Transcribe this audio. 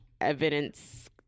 evidence